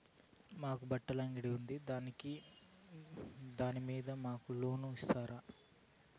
మాకు బట్టలు అంగడి ఉంది దాని మీద మాకు లోను ఇస్తారా